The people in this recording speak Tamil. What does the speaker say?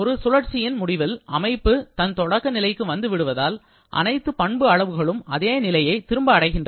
ஒரு சுழற்சியின் முடிவில் அமைப்பு தன் தொடக்க நிலைக்கு வந்துவிடுவதால் அனைத்து பண்பு அளவுகளும் அதே நிலையை திரும்ப அடைகின்றன